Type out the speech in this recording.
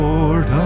Lord